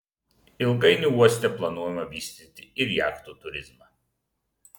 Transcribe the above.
ilgainiui uoste planuojama vystyti ir jachtų turizmą